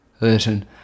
Listen